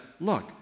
look